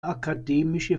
akademische